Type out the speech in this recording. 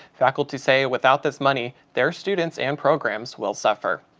faculty say without this money, their students and programs will suffer.